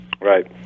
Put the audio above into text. right